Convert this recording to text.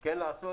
כן לעשות.